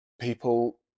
people